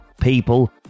people